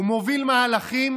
הוא מוביל מהלכים